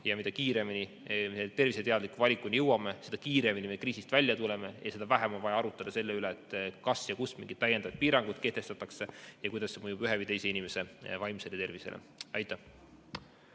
Mida kiiremini me terviseteadliku valikuni jõuame, seda kiiremini kriisist välja tuleme ja seda vähem on vaja arutada selle üle, kas ja kus mingeid täiendavaid piiranguid kehtestatakse ja kuidas see mõjub ühe või teise inimese vaimsele tervisele. Suur